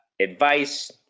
advice